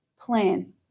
plan